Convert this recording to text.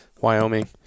Wyoming